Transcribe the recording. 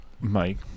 Mike